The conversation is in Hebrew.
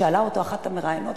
ושאלה אותו אחת המראיינות,